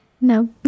no